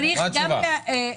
מה התשובה?